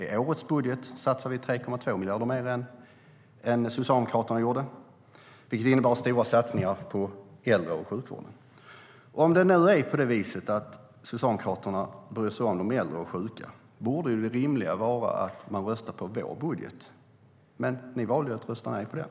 I årets budget satsar vi 3,2 miljarder mer än Socialdemokraterna, vilket innebär stora satsningar på äldre och sjukvården. Om Socialdemokraterna bryr sig om de äldre och sjuka borde det rimliga vara så att de röstar på vår budget. Men ni valde att rösta nej till den.